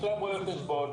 יש להם רואה חשבון,